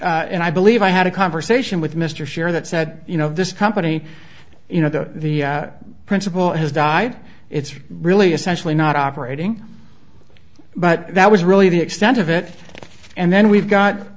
and i believe i had a conversation with mr share that said you know this company you know that the principal has died it's really essentially not operating but that was really the extent of it and then we've got